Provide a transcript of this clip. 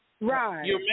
Right